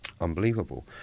unbelievable